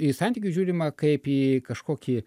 į santykius žiūrima kaip į kažkokį